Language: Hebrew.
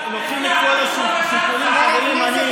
מנסור עבאס לחץ על הכפתור וירדו מים.